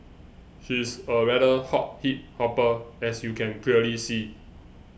she is a rather hot hip hopper as you can clearly see